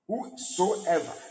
whosoever